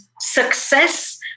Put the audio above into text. success